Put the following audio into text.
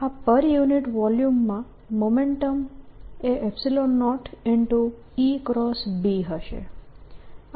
આ પર યુનિટ વોલ્યુમમાં મોમેન્ટમ એ 0 હશે